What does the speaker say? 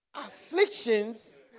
Afflictions